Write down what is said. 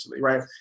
right